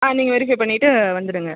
ஆ நீங்கள் வெரிஃபை பண்ணிவிட்டு வந்துவிடுங்க